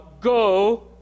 go